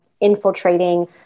infiltrating